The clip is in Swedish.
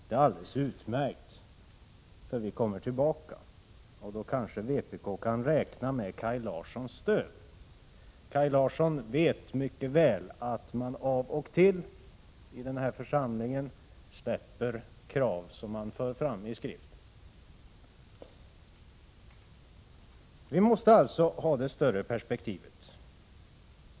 Det är alldeles utmärkt, för vi kommer tillbaka, och då kanske vpk kan räkna med Kaj Larssons stöd. Han vet mycket väl att man av och till i den här församlingen släpper krav som man för fram i skrift. Vi måste alltså ha det större perspektivet.